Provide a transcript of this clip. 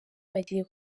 bagiye